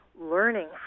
learning